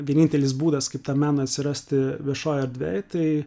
vienintelis būdas kaip tą meną atsirasti viešoj erdvėj tai